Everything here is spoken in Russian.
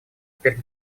теперь